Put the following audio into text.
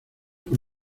por